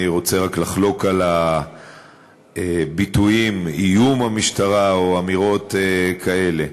אני רוצה לחלוק על הביטוי "איום המשטרה" ואמירות כאלה.